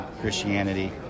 Christianity